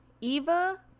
Eva